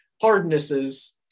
hardnesses